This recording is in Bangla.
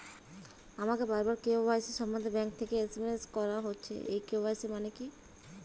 আমাকে বারবার কে.ওয়াই.সি সম্বন্ধে ব্যাংক থেকে এস.এম.এস করা হচ্ছে এই কে.ওয়াই.সি মানে কী?